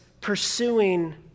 pursuing